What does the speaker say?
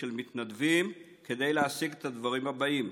של מתנדבים כדי להשיג את הדברים הבאים: